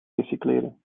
recycleren